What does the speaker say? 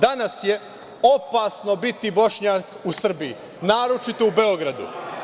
Danas je opasno biti Bošnjak u Srbiji, naročito u Beogradu.